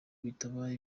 bitabaye